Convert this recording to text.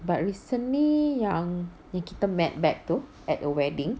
but recently yang kita met back tu at a wedding